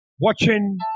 watching